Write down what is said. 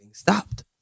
stopped